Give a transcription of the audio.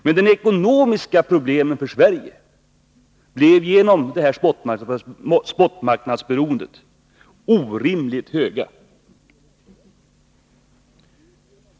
Men de ekonomiska problemen för Sverige av oljekrisen blev genom spotmarknadsberoendet orimligt höga.